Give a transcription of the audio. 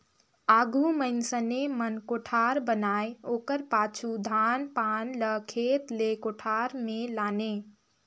आघु मइनसे मन कोठार बनाए ओकर पाछू धान पान ल खेत ले कोठार मे लाने